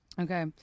Okay